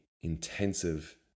intensive